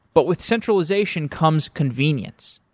but with centralization comes convenience.